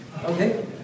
Okay